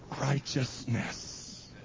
righteousness